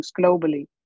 globally